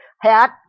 hat